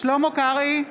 שלמה קרעי,